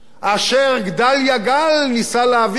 אשר גדליה גל ניסה להעביר,